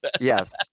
Yes